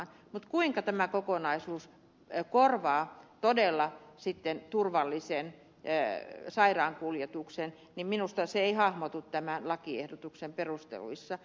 mutta kuinka tämä kokonaisuus korvaa todella sitten turvallisen sairaankuljetuksen minusta se ei hahmotu tämän lakiehdotuksen perusteluissa